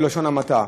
בלשון המעטה.